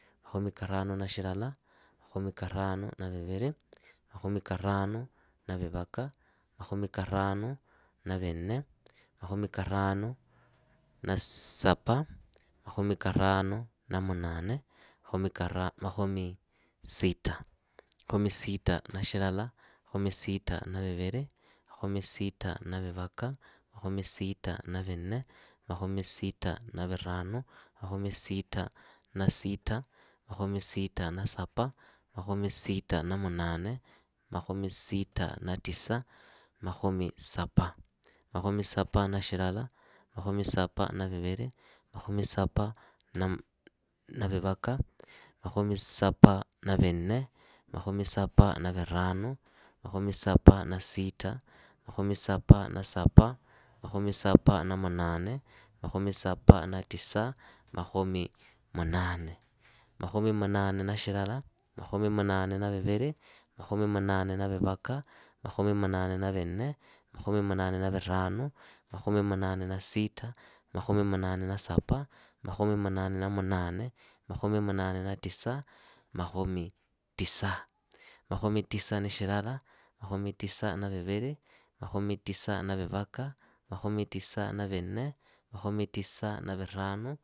Makhomi karanu na shilala, makhomi karanu na viviri, makhomi karanu na vivaka, makhomi karanu na vinne, makhomi karanu na viranu, makhomi karanu na sita, makhomi karanu na sapa, makhomi karanu na munane, makhomi karanu na tisa, makhomi sita. Makhomi sita na shilala, makhomi sita na viviri, makhomi sita na vivaka, makhomi sita na vinne, makhomi sita na viranu, makhomi sita na sapa, makhomi sita na munane, makhomi sita na tisa, makhomi sapa. Makhomi sapa na shilala, makhomi sapa na viviri, makhomi sapa na vivaka, makhomi sapa na vinne, makhomi sapa na viranu, makhomi sapa na sita, makhomi sapa na sapa, makhomi sapa na munane, makhomi sapa na tisa, makhomi munane. Makhomi munane na shilala, makhomi munane na viviri, makhomi munane na vivaka, makhomi munane na vinne, makhomi munane na viranu, makhomi munane na sita, makhomi munane na sapa, makhomi munane na munane, makhomi munane na tisa, makhomi tisa. Makhomi tisa na shilala, makhomi tisa na viviri, makhomi tisa na vivaka, makhomi tisa na vinne, makhomi tisa na viranu.